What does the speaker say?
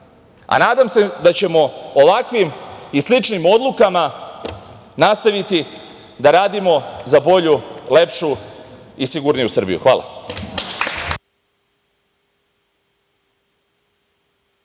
a nadam se da ćemo ovakvim i sličnim odlukama nastaviti da radimo za bolju, lepšu i sigurniju Srbiju. Hvala